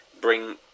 bring